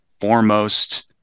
foremost-